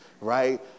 right